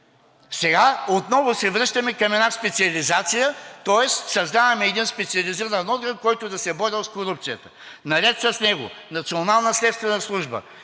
Сега отново се връщаме към една специализация, тоест създаване един специализиран орган, който да се борел с корупцията. Наред с него – Национална следствена служба,